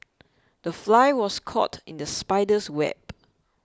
the fly was caught in the spider's web